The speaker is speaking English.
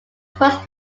first